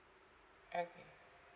oh